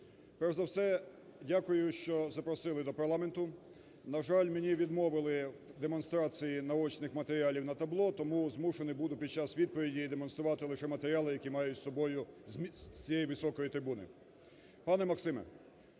Перш за все дякую, що запросили до парламенту, на жаль, мені відмовили в демонстрації наочних матеріалів на табло, тому змушений буду під час відповідей демонструвати лише матеріали, які маю з собою з цієї високої трибуни.